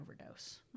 overdose